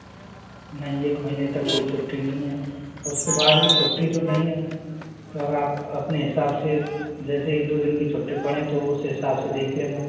नहीं एक महीने तक कोई छुट्टी नहीं है उसके बाद भी छुट्टी तो नहीं है पर आप अपने हिसाब से जैसे एक दो दिन की छुट्टी पड़े तो उस हिसाब से देख लेना